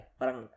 parang